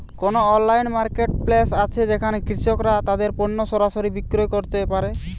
কোন online marketplace আছে যেখানে কৃষকরা তাদের পণ্য সরাসরি বিক্রি করতে পারে?